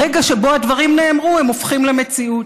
ברגע שבו הדברים נאמרו הם הופכים למציאות.